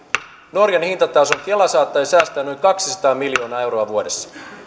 norjan hintatason kela saattaisi säästää noin kaksisataa miljoonaa euroa vuodessa